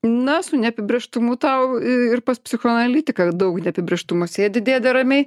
na su neapibrėžtumu tau į ir pas psichoanalitiką daug neapibrėžtumų sėdi dėdė ramiai